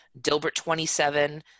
Dilbert27